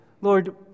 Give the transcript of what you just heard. Lord